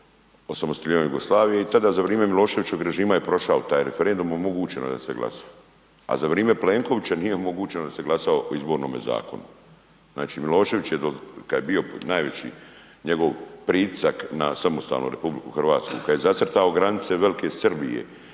osamostaljivanja od Jugoslavije i tada za vrijeme Miloševićevog režima je prošao je taj referendum i omogućeno je da se glasuje. A za vrijeme Plenkovića nije omogućeno da se glasa o izbornome zakonu. Znači Milošević kada je bio najveći njegov pritisak na samostalnu RH kada je zacrtao granice velike Srbije,